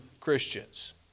Christians